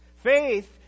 Faith